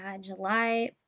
July